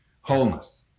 wholeness